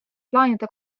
plaanide